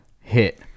hit